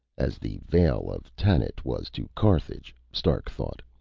as the veil of tanit was to carthage, stark thought,